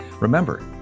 Remember